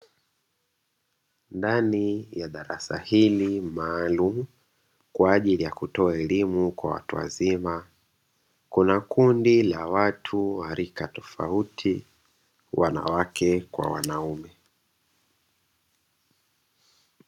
Ndani ya darasa hili maalumu kwa ajili ya kutoa elimu kwa watu wazima, kuna kundi la watu wa rika tofauti, wanawake kwa wanaume.